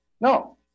No